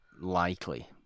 likely